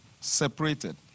separated